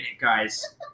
guys